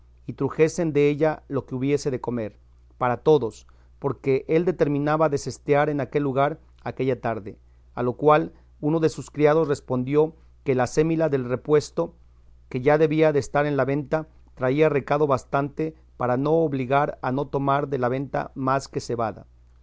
y trujesen della lo que hubiese de comer para todos porque él determinaba de sestear en aquel lugar aquella tarde a lo cual uno de sus criados respondió que el acémila del repuesto que ya debía de estar en la venta traía recado bastante para no obligar a no tomar de la venta más que cebada